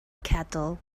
kettle